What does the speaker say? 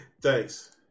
thanks